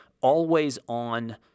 always-on